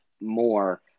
more